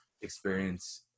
experience